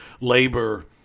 labor